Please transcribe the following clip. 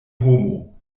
homo